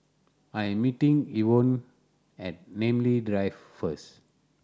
I am meeting Evonne at Namly Drive first